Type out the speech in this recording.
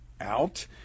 out